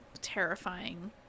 terrifying